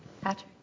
Patrick